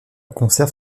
conserve